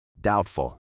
doubtful